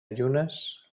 llunes